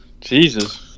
Jesus